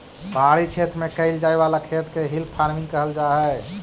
पहाड़ी क्षेत्र में कैइल जाए वाला खेत के हिल फार्मिंग कहल जा हई